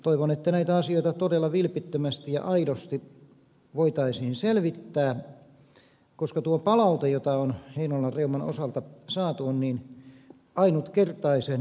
toivon että näitä asioita todella vilpittömästi ja aidosti voitaisiin selvittää koska tuo palaute jota on heinolan reuman osalta saatu on niin ainutkertaisen myönteistä